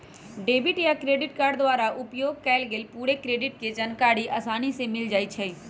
debit आ credit card द्वारा उपयोग कएल गेल पूरे क्रेडिट के जानकारी असानी से मिल जाइ छइ